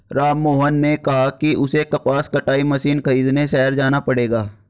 राममोहन ने कहा कि उसे कपास कटाई मशीन खरीदने शहर जाना पड़ेगा